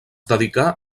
dedicà